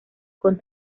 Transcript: con